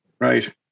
Right